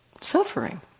suffering